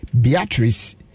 Beatrice